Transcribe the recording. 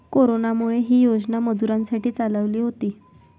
कोरोनामुळे, ही योजना मजुरांसाठी चालवली होती